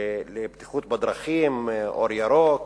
לבטיחות בדרכים, "אור ירוק",